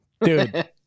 dude